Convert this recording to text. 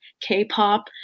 K-pop